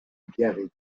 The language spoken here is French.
biarritz